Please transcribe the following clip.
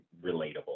relatable